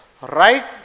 right